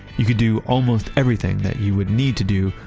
you could do almost everything that you would need to do,